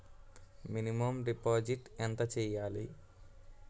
Minimum deposit ఎంత చెయ్యాలి?